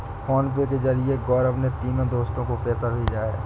PhonePe के जरिए गौरव ने तीनों दोस्तो को पैसा भेजा है